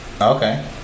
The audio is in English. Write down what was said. Okay